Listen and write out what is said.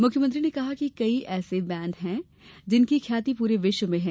मुख्यमंत्री ने कहा कि कई बैंड ऐसे हैं जिनकी ख्याति पूरे विश्व में है